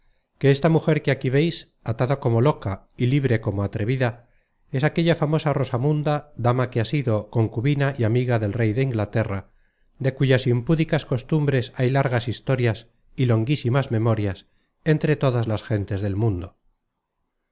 que esta mujer que aquí veis atada como loca y libre como atrevida es aquella famosa rosamunda dama que ha sido concubina y amiga del rey de inglaterra de cuyas impúdicas costumbres hay largas historias y longísimas memorias entre todas las gentes del mundo